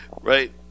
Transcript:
Right